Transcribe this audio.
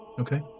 okay